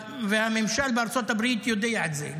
והממשל בארצות הברית יודע את זה,